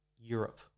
Europe